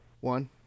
one